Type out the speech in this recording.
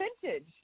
vintage